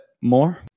more